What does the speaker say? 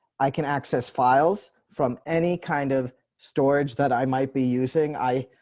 i can access files from any kind of storage that i might be using i